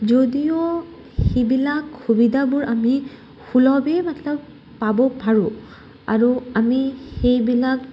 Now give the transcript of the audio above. যদিও সেইবিলাক সুবিধাবোৰ আমি সুলভেই পাব পাৰোঁ আৰু আমি সেইবিলাক